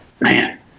man